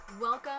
Welcome